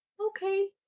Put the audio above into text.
Okay